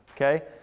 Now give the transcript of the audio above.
Okay